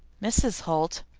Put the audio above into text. mrs. holt,